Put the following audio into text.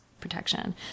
protection